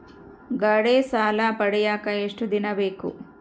ಗಾಡೇ ಸಾಲ ಪಡಿಯಾಕ ಎಷ್ಟು ದಿನ ಬೇಕು?